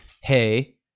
hey